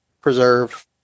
preserve